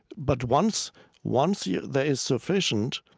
but once once yeah there is sufficient,